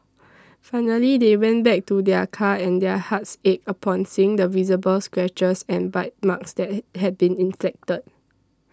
finally they went back to their car and their hearts ached upon seeing the visible scratches and bite marks that he had been inflicted